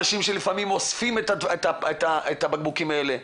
אנשים שלפעמים אוספים את הבקבוקים האלה.